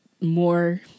more